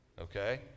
Okay